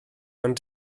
ond